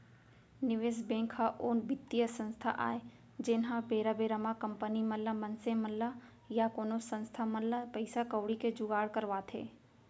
निवेस बेंक ह ओ बित्तीय संस्था आय जेनहा बेरा बेरा म कंपनी मन ल मनसे मन ल या कोनो संस्था मन ल पइसा कउड़ी के जुगाड़ करवाथे